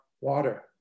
water